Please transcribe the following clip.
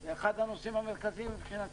זה אחד הנושאים המרכזיים מבחינתי.